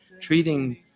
treating